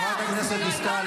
חברת הכנסת דיסטל.